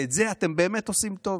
את זה אתם באמת עושים טוב,